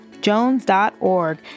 jones.org